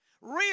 Real